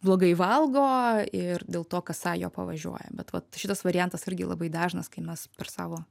blogai valgo ir dėl to kasa jo pavažiuoja bet vat šitas variantas irgi labai dažnas kai mes per savo